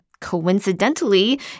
coincidentally